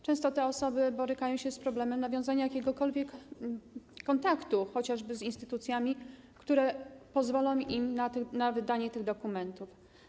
Często te osoby borykają się z problemem nawiązania jakiegokolwiek kontaktu chociażby z instytucjami, które umożliwiłyby im uzyskanie tych dokumentów.